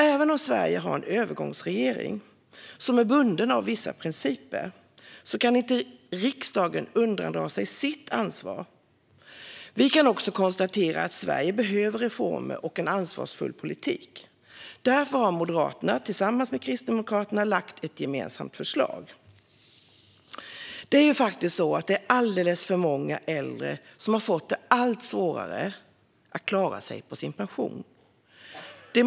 Även om Sverige har en övergångsregering som är bunden av vissa principer kan riksdagen inte undandra sig sitt ansvar. Vi kan också konstatera att Sverige behöver reformer och en ansvarsfull politik. Därför har Moderaterna tillsammans med Kristdemokraterna lagt fram ett gemensamt förslag. Det är alldeles för många äldre som har fått det allt svårare att klara sig på sin pension.